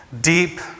Deep